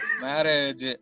Marriage